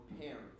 parents